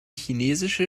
chinesische